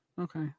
Okay